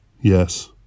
Yes